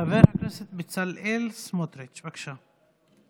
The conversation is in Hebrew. חבר הכנסת בצלאל סמוטריץ', בבקשה.